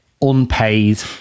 unpaid